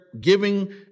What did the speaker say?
giving